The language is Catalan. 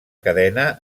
cadena